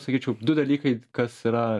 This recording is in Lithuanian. sakyčiau du dalykai kas yra